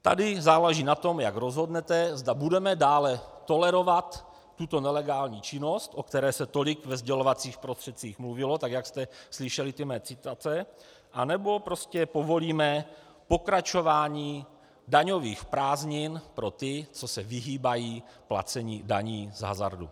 Tady záleží na tom, jak rozhodnete, zda budeme dále tolerovat tuto nelegální činnost, o které se tolik ve sdělovacích prostředcích mluvilo, tak jak jste slyšeli ty mé citace, anebo prostě povolíme pokračování daňových prázdnin pro ty, co se vyhýbají placení daní z hazardu.